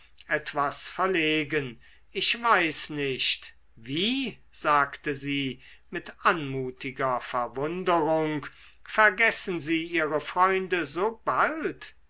etwas verlegen ich weiß nicht wie sagte sie mit anmutiger verwunderung vergessen sie ihre freunde